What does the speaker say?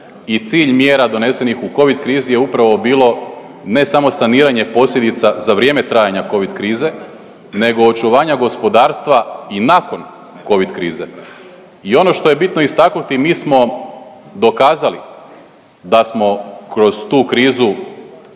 i cilj mjera donesenih u Covid krizi je upravo bilo ne samo saniranje posljedica za vrijeme trajanja Covid krize nego očuvanja gospodarstva i nakon Covid krize. I ono što je bitno istaknuti mi smo dokazali da smo kroz tu krizu